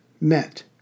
met